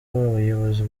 abayobozi